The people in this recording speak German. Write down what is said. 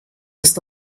ist